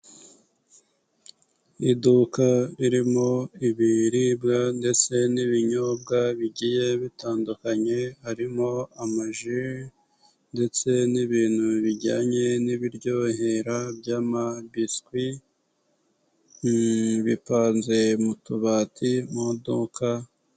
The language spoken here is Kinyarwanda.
Iduka ririmo ibiribwa ndetse n'ibinyobwa bigiye bitandukanye, harimo amaji ndetse n'ibintu bijyanye n'ibiryohera by'amabiswi, bipanze mu tubati mu iduka.